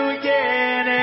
again